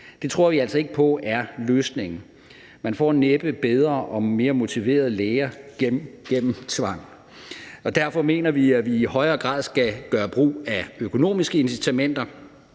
Det tror vi altså ikke på er løsningen. Man får næppe bedre og mere motiverede læger gennem tvang. Derfor mener vi, at man i højere grad gør brug af økonomiske incitamenter